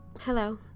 Hello